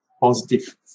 positive